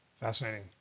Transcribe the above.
Fascinating